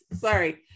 sorry